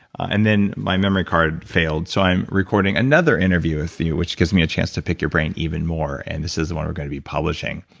and then my memory card failed, so i'm recording another interview with you, which gives me a chance to pick your brain even more, and this is one we're gonna be publishing.